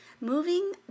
moving